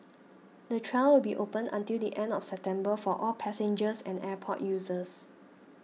the trial will be open until the end of September for all passengers and airport users